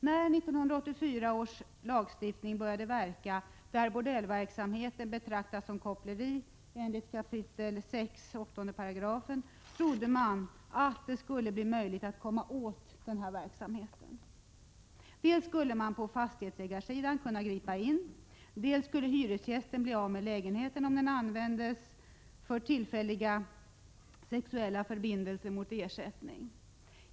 När 1984 års lagstiftning började verka, där bordellverksamheten betraktas som koppleri enligt 6 kap. 8 § brottsbalken, trodde man att det skulle bli möjligt att komma åt denna verksamhet. Dels skulle man på fastighetsägarsidan kunna gripa in, dels skulle hyresgästen bli av med lägenheten om den användes för tillfälliga sexuella förbindeler mot ersättning.